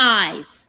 eyes